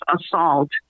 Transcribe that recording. assault